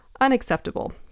Unacceptable